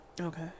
Okay